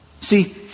See